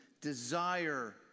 desire